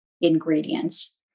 ingredients